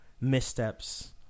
missteps